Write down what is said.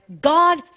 God